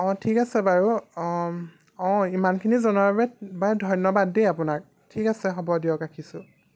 অঁ ঠিক আছে বাৰু অঁ ইমানখিনি জনোৱাৰ বাবে বা ধন্যবাদ দেই আপোনাক ঠিক আছে হ'ব দিয়ক ৰাখিছোঁ